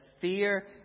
fear